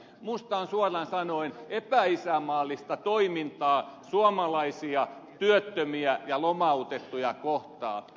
minusta tämä on suoraan sanoen epäisänmaallista toimintaa suomalaisia työttömiä ja lomautettuja kohtaan